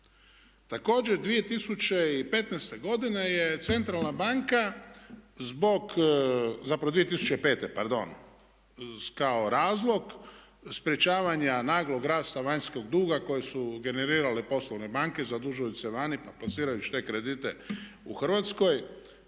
banka zbog, zapravo 2005. pardon, kao razlog sprječavanja naglog rasta vanjskog duga koji su generirale poslovne banke zadužujući se vani pa plasirajući te kredite u Hrvatskoj,